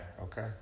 Okay